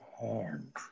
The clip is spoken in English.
hands